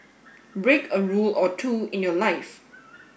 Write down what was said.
break a rule or two in your life